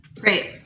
Great